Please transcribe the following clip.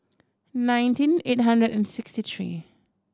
nineteen eight hundred and sixty three